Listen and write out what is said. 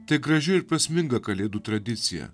tai graži ir prasminga kalėdų tradicija